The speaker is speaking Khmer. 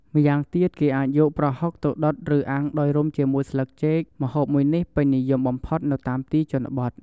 ម្យ៉ាងទៀតគេអាចយកប្រហុកទៅដុតឬអាំងដោយរុំជាមួយស្លឹកចេក ម្ហូបមួយនេះពេញនិយមបំផុតនៅតាមទីជនបទ។